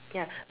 ya